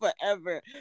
forever